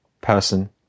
person